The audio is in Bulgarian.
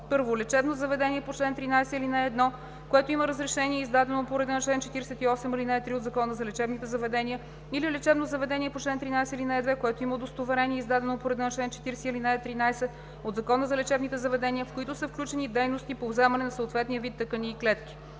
от: 1. лечебно заведение по чл. 13, ал. 1, което има разрешение, издадено по реда на чл. 48, ал. 3 от Закона за лечебните заведения или лечебно заведение по чл. 13, ал. 2, което има удостоверение, издадено по реда на чл. 40, ал. 13 от Закона за лечебните заведения, в които са включени дейности по вземане на съответния вид тъкани и клетки;